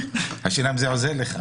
השאלה אם זה עוזר לך.